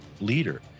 leader